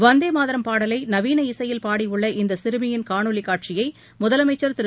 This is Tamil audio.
வந்தே மாதரம் பாடலை நவீன இசையில் பாடியுள்ள இந்த சிறுமியின் காணொளி காட்சியை முதலமைச்சர் திரு